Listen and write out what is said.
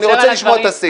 אני רוצה לשמוע את הסעיף.